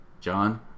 John